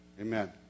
Amen